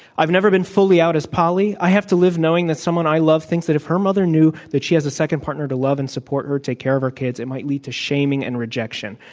i've never been fully out as poly. i have to live knowing that someone i love thinks that if her mother knew that she has second partner no love and support her, take care of her kids, it might lead to shaming and rejection.